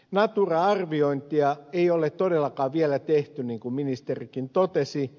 natura arviointia ei ole todellakaan vielä tehty niin kuin ministerikin totesi